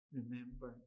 remember